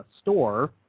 store